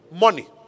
money